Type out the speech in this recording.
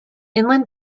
inland